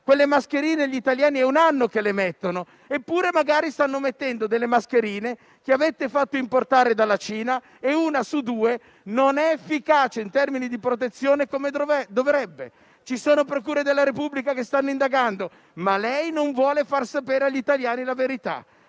Quelle mascherine, gli italiani è un anno che le mettono. Eppure magari stanno indossando delle mascherine, che avete fatto importare dalla Cina, di cui una su due non è efficace, in termini di protezione, come dovrebbe. Ci sono procure delle Repubblica che stanno indagando, ma lei non vuole far sapere agli italiani la verità: